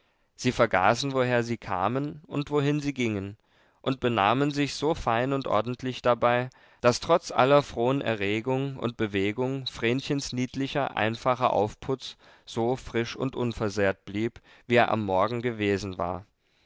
sie vergaßen woher sie kamen und wohin sie gingen und benahmen sich so fein und ordentlich dabei daß trotz aller frohen erregung und bewegung vrenchens niedlicher einfacher aufputz so frisch und unversehrt blieb wie er am morgen gewesen war